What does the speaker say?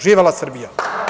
Živela Srbija.